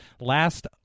last